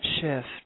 shift